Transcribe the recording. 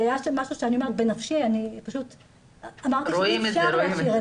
באמת משהו שהוא בנפשי --- רואים את זה.